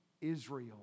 Israel